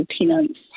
tenants